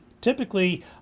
typically